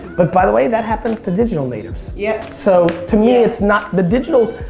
but by the way that happens to digital natives. yep. so to me it's not the digital,